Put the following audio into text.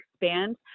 expand